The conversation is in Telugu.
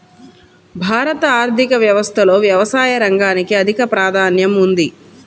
భారత ఆర్థిక వ్యవస్థలో వ్యవసాయ రంగానికి అధిక ప్రాధాన్యం ఉంది